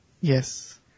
Yes